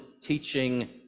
teaching